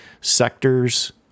sectors